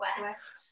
west